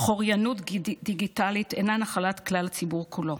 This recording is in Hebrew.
אך אוריינות דיגיטלית אינה נחלת כלל הציבור כולו,